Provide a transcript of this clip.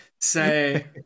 say